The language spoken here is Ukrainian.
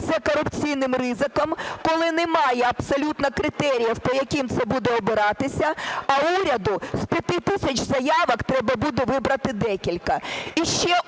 корупційним ризиком, коли немає абсолютно критеріїв, по яким це буде обиратися, а уряду з 5 тисяч заявок треба буде вибрати декілька? Іще